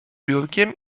biurkiem